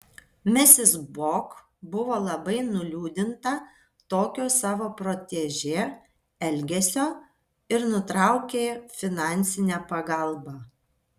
misis bok buvo labai nuliūdinta tokio savo protežė elgesio ir nutraukė finansinę pagalbą